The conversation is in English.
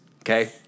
Okay